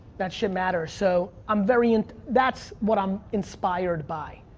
that shit matters. so, i'm very in, that's what i'm inspired by.